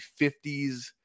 50s